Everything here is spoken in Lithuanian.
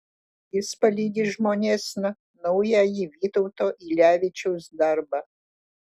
jis palydi žmonėsna naująjį vytauto ylevičiaus darbą